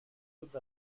sud